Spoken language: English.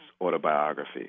autobiography